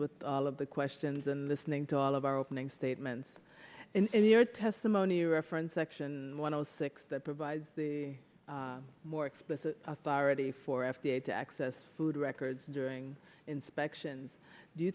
with all of the questions and listening to all of our opening statements in your testimony reference section one zero six that provides the more explicit authority for f d a to access food records during inspections do you